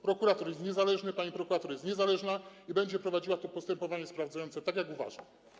Prokurator jest niezależny, pani prokurator jest niezależna i będzie prowadziła to postępowania sprawdzające tak, jak uważa.